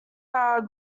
are